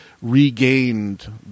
regained